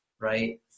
right